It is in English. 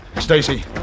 Stacy